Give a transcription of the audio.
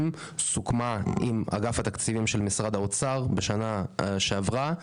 סוכמה עם אגף התקציבים של משרד האוצר בשנה שעברה.